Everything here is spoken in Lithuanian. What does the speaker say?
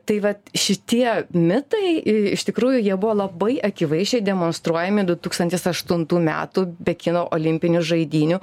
tai va šitie mitai ir iš tikrųjų jie buvo labai akivaizdžiai demonstruojami du tūkstantis aštuntų metų pekino olimpinių žaidynių